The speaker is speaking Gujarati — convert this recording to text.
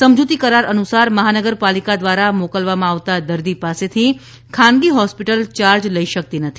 સમજૂતી કરાર અનુસાર મહાનગર પાલિકા દ્વારા મોકલવામાં આવતા દર્દી પાસેથી ખાનગી હોસ્પિટલ ચાર્જ લઇ સકતી નથી